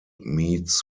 meets